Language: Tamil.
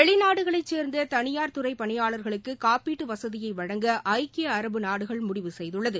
வெளிநாடுகளை சேர்ந்த தனியார் துறை பணியாளர்களுக்கு காப்பீடு வசதியை வழங்க ஐக்கிய அரபு நாடுகள் முடிவு செய்துள்ளது